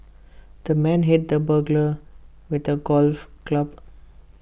the man hit the burglar with A golf club